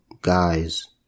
guys